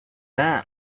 man